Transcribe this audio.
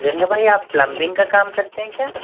गंगा भाई आप प्लंबिंग का काम करते हैं क्या